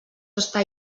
està